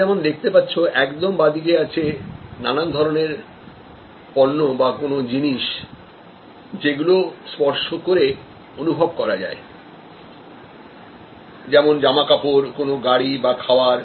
তোমরা যেমন দেখতে পাচ্ছ একদম বাঁদিকে আছে নানান ধরনের পণ্য বা কোন জিনিস যেগুলো স্পর্শ করে অনুভব করা যায় যেমন জামাকাপড় কোন গাড়ি বা খাবার